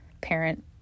parent